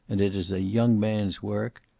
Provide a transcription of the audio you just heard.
and it is a young man's work.